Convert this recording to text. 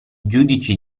giudici